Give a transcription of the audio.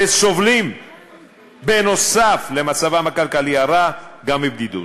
שסובלים נוסף על מצבם הכלכלי הרע גם מבדידות.